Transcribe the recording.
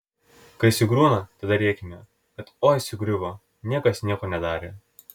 kai sugriūna tada rėkiame kad oi sugriuvo niekas nieko nedarė